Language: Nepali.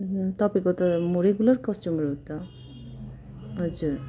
तपाईँको त म रेगुलर कस्टमर हो त हजुर